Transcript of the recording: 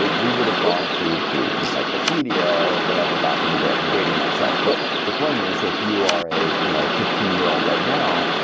we would have gone to the encyclopedia, or whatever back in the day. i'm dating myself but the point is if you are a you know fifteen year old right now,